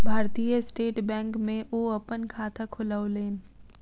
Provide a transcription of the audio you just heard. भारतीय state bank में ओ अपन खाता खोलौलेन